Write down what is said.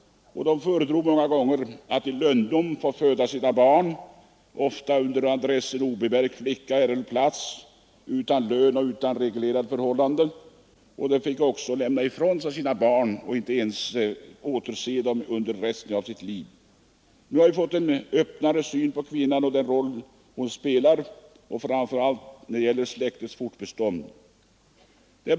De föredrog många gånger att föda sina barn i lönndom på orter, där man annonserade: Obemärkt flicka erhåller plats. De anställdes ofta utan lön och utan reglerade arbetsförhållanden. De fick även lämna ifrån sig sina barn och inte ens se dem under resten av livet. Nu har vi fått en öppnare syn på kvinnän och den roll hon spelar, framför allt när det gäller släktets fortbestånd.